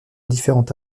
différents